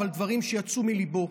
אבל דברים שיצאו מליבו.